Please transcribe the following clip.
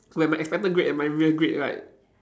when my expected grade and my real grade right